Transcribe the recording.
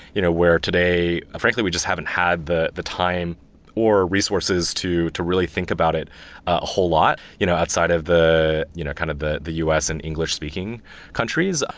you know where today, frankly we just haven't had the the time or resources to to really think about it a whole lot you know outside of the you know kind of the us and english-speaking countries.